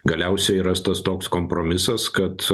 galiausiai rastas toks kompromisas kad